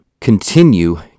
Continue